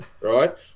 right